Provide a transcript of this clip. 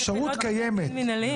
אפשרות קיימת,